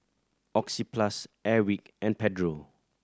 Oxyplus Airwick and Pedro